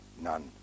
none